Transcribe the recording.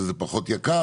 אז זה פחות יקר,